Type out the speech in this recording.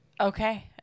Okay